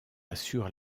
assure